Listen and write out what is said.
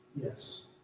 Yes